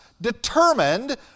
determined